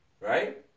right